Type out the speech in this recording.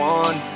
one